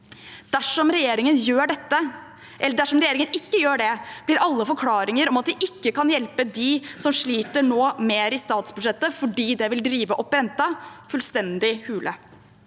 Dersom regjeringen ikke gjør dette, blir alle forklaringer om at de ikke kan hjelpe dem som sliter mer i statsbudsjettet fordi det vil drive opp renten, fullstendig hule.